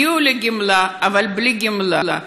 הגיעו לגיל גמלה אבל בלי גמלה,